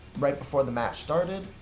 right before the match started,